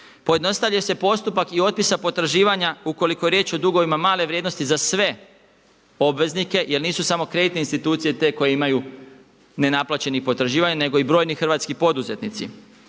Pojednostavlja se postupak i otpisa potraživanja ukoliko je riječ o dugovima male vrijednosti za sve obveznike jer nisu samo kreditne institucije te koje imaju nenaplaćenih potraživanja nego i broji hrvatski poduzetnici.